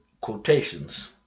quotations